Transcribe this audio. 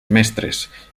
mestres